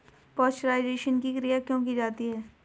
Pasteurisation की क्रिया क्यों की जाती है?